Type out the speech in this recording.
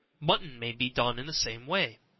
mutton may be done in the same way.